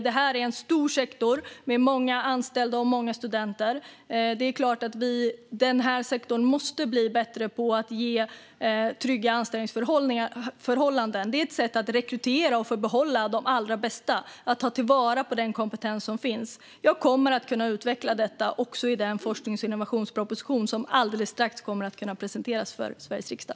Det här är en stor sektor med många anställda och många studenter, och det är klart att man måste bli bättre på att ge trygga anställningsförhållanden. Det är ett sätt att rekrytera och få behålla de allra bästa och att ta till vara den kompetens som finns. Jag kommer att utveckla detta också i den forsknings och innovationsproposition som alldeles strax kommer att kunna presenteras för Sveriges riksdag.